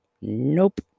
Nope